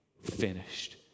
Finished